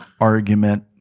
argument